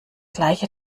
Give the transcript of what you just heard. gleiche